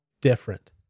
different